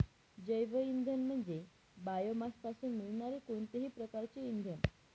जैवइंधन म्हणजे बायोमासपासून मिळणारे कोणतेही प्रकारचे इंधन